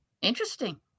interesting